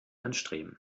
anstreben